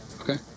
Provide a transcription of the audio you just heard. okay